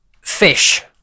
fish